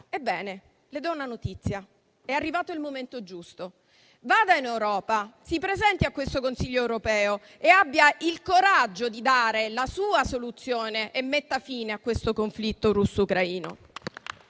Ebbene, le do una notizia: è arrivato il momento giusto. Vada in Europa, si presenti a questo Consiglio europeo e abbia il coraggio di dare la sua soluzione e metta fine a questo conflitto russo-ucraino.